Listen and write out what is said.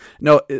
No